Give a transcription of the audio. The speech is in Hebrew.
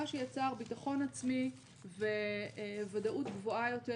מה שיצר ביטחון עצמי וודאות גבוהה יותר